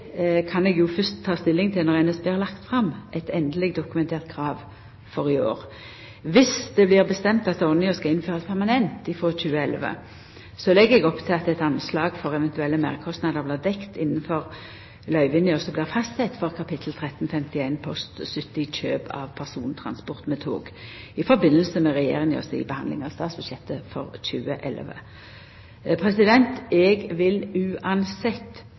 kan eg fyrst ta stilling til når NSB har lagt fram eit endeleg dokumentert krav for i år. Dersom det blir bestemt at ordninga skal innførast permanent frå 2011, legg eg opp til at eit anslag for eventuelle meirkostnader blir dekt innafor løyvinga som blir fastsett for kap. 1351, post 70 Kjøp av persontransport med tog, i samband med Regjeringa si behandling av statsbudsjettet for 2011. Eg vil uansett